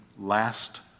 last